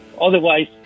Otherwise